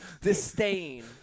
disdain